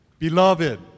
Beloved